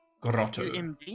Grotto